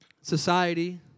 society